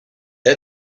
the